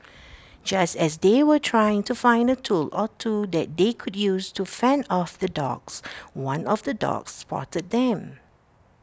just as they were trying to find A tool or two that they could use to fend off the dogs one of the dogs spotted them